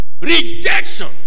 Rejection